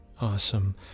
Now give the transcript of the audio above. Awesome